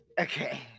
Okay